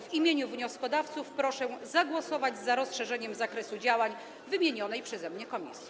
W imieniu wnioskodawców proszę o zagłosowanie za rozszerzeniem zakresu działań wymienionej przeze mnie komisji.